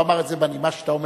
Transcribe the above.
אמר את זה בנימה שאתה אומר,